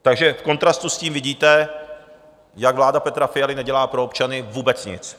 Takže v kontrastu s tím vidíte, jak vláda Petra Fialy nedělá pro občany vůbec nic.